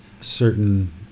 certain